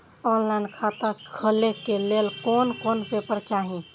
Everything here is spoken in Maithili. ऑनलाइन खाता खोले के लेल कोन कोन पेपर चाही?